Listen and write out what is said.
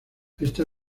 esta